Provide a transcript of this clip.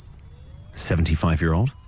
75-year-old